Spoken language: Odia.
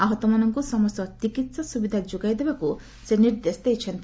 ଆହତମାନଙ୍କୁ ସମସ୍ତ ଚିକିତ୍ସା ସୁବିଧା ଯୋଗାଇ ଦେବାକୁ ସେ ନିର୍ଦ୍ଦେଶ ଦେଇଛନ୍ତି